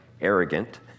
arrogant